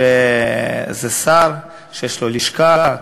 שזה שר שיש לו לשכה,